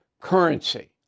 currency